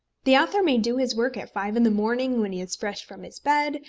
the author may do his work at five in the morning when he is fresh from his bed,